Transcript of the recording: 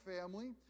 family